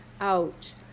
out